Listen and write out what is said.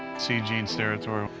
see gene steratore,